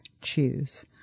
choose